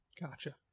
Gotcha